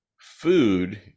food